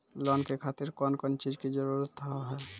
Loan के खातिर कौन कौन चीज के जरूरत हाव है?